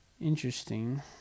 interesting